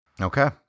Okay